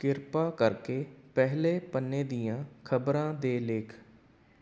ਕਿਰਪਾ ਕਰਕੇ ਪਹਿਲੇ ਪੰਨੇ ਦੀਆਂ ਖਬਰਾਂ ਦੇ ਲੇਖ